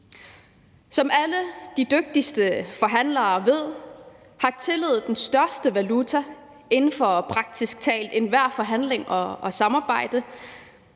Som alle de dygtigste forhandlere ved, er tillid den største valuta inden for praktisk talt enhver forhandling og ethvert